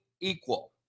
equal